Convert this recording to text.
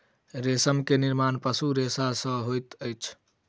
रेशम के निर्माण पशु रेशा सॅ होइत अछि